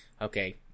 Okay